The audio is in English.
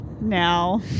now